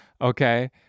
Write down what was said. Okay